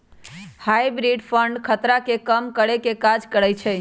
hybrid fund खतरा के कम करेके काज करइ छइ